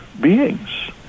beings